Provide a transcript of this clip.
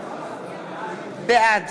בעד